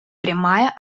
прямая